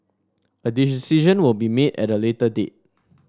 a decision will be made at a later date